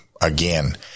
again